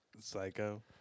Psycho